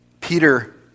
Peter